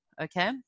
Okay